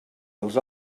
els